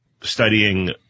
studying